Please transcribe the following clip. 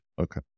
Okay